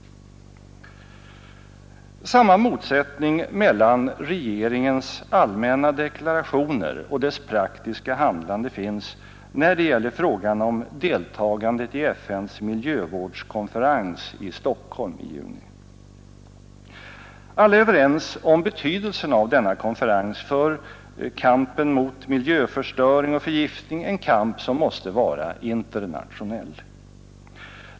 Samma motsättning mellan regeringens allmänna deklarationer och dess praktiska handlande finns när det gäller frågan om deltagandet i FN:s miljövårdskonferens i Stockholm i juni. Alla är överens om betydelsen av denna konferens för kampen mot miljöförstöring och förgiftning — en kamp som måste vara internationell.